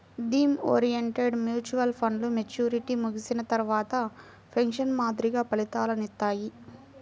theme oriented mutual ఫండ్లు maturity ముగిసిన తర్వాత పెన్షన్ మాదిరిగా ఫలితాలనిత్తాయి